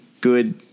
good